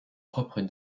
propres